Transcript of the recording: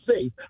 safe